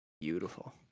beautiful